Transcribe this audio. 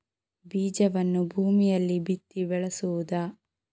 ಬೀಜವನ್ನು ಭೂಮಿಯಲ್ಲಿ ಬಿತ್ತಿ ಬೆಳೆಸುವುದಾ?